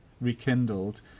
rekindled